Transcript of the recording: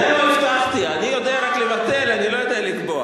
זה הודעתי: אני יודע רק לבטל, אני לא יודע לקבוע.